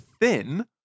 thin